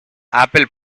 apple